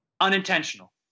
unintentional